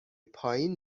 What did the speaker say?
پایین